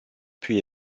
puis